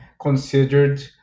considered